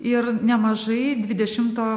ir nemažai dvidešimto